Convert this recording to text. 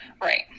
Right